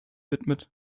widmet